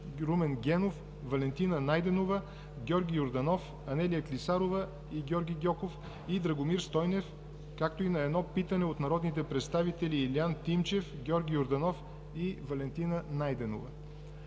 Румен Генов; Валентина Найденова; Георги Йорданов; Анелия Клисарова; и Георги Гьоков и Драгомир Стойнев и на едно питане от народните представители Илиян Тимчев, Георги Йорданов и Валентина Найденова.